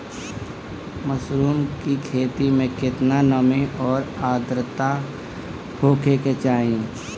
Mushroom की खेती में केतना नमी और आद्रता होखे के चाही?